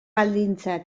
baldintza